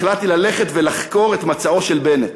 החלטתי ללכת ולחקור את מצעו של בנט.